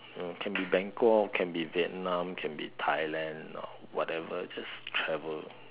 you know can be Bangkok or can be Vietnam can be Thailand or whatever just travel